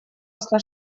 осло